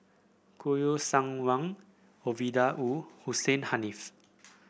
Kouo Shang Wang Ovidia Wu Hussein Haniff